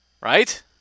right